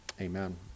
Amen